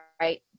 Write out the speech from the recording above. right